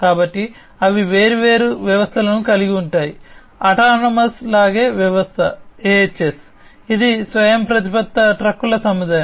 కాబట్టి అవి వేర్వేరు వ్యవస్థలను కలిగి ఉంటాయి అటానమస్ లాగే వ్యవస్థ AHS ఇది స్వయంప్రతిపత్త ట్రక్కుల సముదాయం